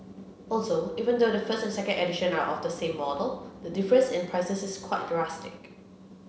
also even though the first and second edition are of the same model the difference in prices is quite drastic